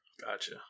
Gotcha